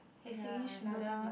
they finished another